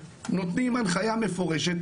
נותנים הנחיה מפורשת,